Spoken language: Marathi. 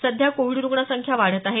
सध्या कोविड रुग्णसंख्या वाढत आहे